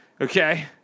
Okay